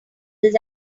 this